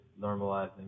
normalizing